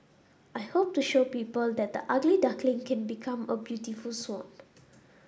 I hope to show people that the ugly duckling can become a beautiful swan